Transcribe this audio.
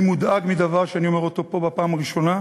אני מודאג מדבר שאני אומר פה בפעם הראשונה: